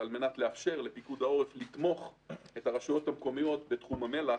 על מנת לאפשר לפיקוד העורף לתמוך את הרשויות המקומיות בתחום המל"ח.